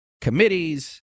committees